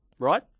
right